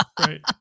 right